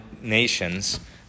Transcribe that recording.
nations